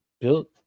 built